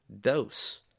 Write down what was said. Dose